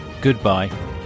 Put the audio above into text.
Goodbye